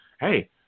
hey